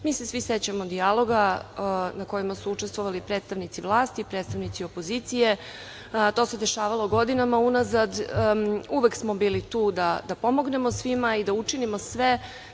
Mi se svi sećamo dijaloga na kojima su učestvovali predstavnici vlasti, predstavnici opozicije, to se dešavalo godinama unazad, uvek smo bili tu da pomognemo svima i da učinimo sve